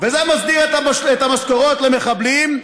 וזה מסדיר את המשכורות למחבלים,